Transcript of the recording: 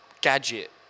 gadget